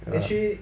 ya